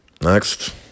Next